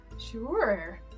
Sure